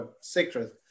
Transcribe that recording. secret